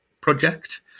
project